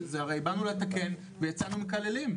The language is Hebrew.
זה הרי באנו לתקן ויצאנו מקללים.